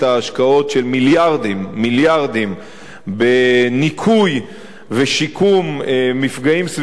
של מיליארדים בניקוי ושיקום מפגעים סביבתיים,